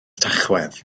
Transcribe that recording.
tachwedd